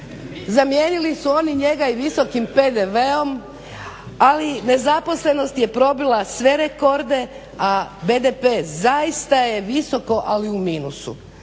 Zamijenili su oni njega i visokim PDV-om, ali nezaposlenost je probila sve rekorde, a BDP zaista je visoko ali u minusu.